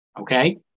Okay